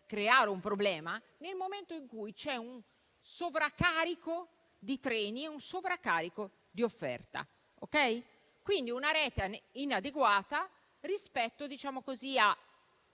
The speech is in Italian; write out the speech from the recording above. a creare un problema nel momento in cui c'è un sovraccarico di treni e un sovraccarico di offerta. Quindi, è una rete inadeguata rispetto a